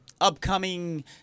upcoming